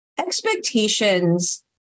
expectations